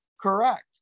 correct